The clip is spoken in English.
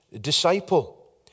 disciple